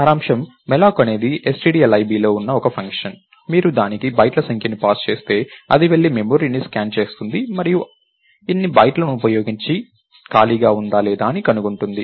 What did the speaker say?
సారాంశం malloc అనేది stdlib లో ఉన్న ఒక ఫంక్షన్ మీరు దానికి బైట్ల సంఖ్యను పాస్ చేస్తే అది వెళ్లి మెమరీని స్కాన్ చేస్తుంది మరియు ఇన్ని బైట్ల ఉపయోగించని ఖాళీ ఉందా అని కనుగొంది